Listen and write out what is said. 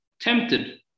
tempted